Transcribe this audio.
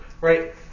right